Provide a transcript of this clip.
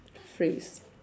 phrase